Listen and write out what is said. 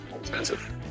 expensive